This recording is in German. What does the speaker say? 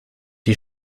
die